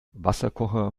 wasserkocher